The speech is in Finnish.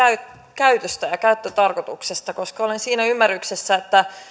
käytöstä ja käyttötarkoituksesta koska olen siinä ymmärryksessä että